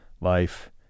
life